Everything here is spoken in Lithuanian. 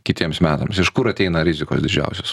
kitiems metams iš kur ateina rizikos didžiausios